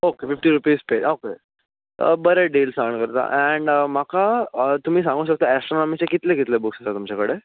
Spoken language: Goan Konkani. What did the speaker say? ओके फिफ्टी रुपीस पे ओके बरें डिल्स एण्ड म्हाका तुमी सांगो शकता एस्ट्रोनोमिचे कितलें बुक्स आसात तुमचे कडेन